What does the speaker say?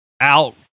out